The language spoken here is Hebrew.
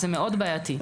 זה מאוד בעייתי.